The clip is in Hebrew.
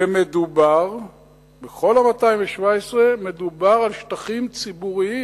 ובכל ה-217 מדובר על שטחים ציבוריים.